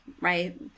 Right